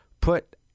put